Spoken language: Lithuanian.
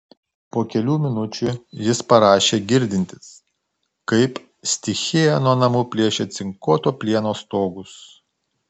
po kelių minučių jis parašė girdintis kaip stichija nuo namų plėšia cinkuoto plieno stogus